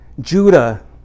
Judah